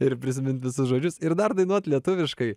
ir prisimint visus žodžius ir dar dainuot lietuviškai